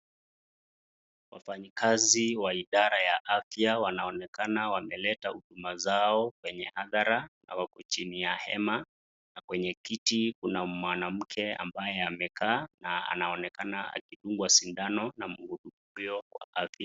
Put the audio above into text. Wafanyikazi wa idara ya afya wanaonekana wameleta huduma zao kwenye hadhara hapo chini ya hema. Hapo kwenye kiti kuna mwanamke ambaye amekaa na anaonekana akidungwa sindano na mhudumu huyo wa afya.